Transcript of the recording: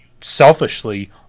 selfishly